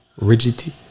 rigidity